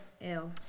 Ew